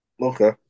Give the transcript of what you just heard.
Okay